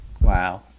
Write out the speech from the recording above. Wow